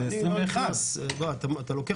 זה 21. אתה מכניס אותי למגרש שלא שלי.